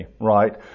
right